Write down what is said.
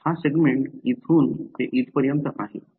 हा सेगमेंट इथून ते इथपर्यन्त आहे